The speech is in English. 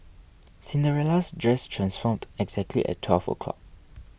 Cinderella's dress transformed exactly at twelve o'clock